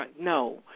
No